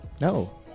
No